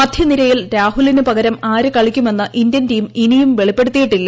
മധ്യനിരയിൽ രാഹുലിന് പകരം ആര് കളിക്കുമെന്ന് ഇന്ത്യൻ ടീം ഇനിയും വെളിപ്പെടുത്തിയിട്ടില്ല